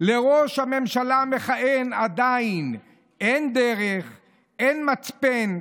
לראש הממשלה המכהן עדיין אין דרך ואין מצפן.